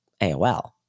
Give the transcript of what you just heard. AOL